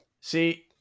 see